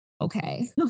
okay